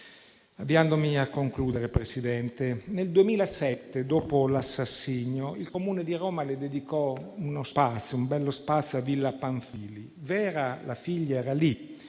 signora Presidente, nel 2007, dopo l’assassinio, il Comune di Roma le dedicò uno spazio, un bello spazio a Villa Pamphili. Vera, la figlia, era lì